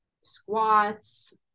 squats